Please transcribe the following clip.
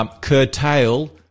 curtail